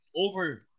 Over